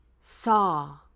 saw